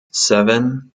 seven